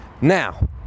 Now